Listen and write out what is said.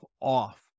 off